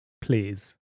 please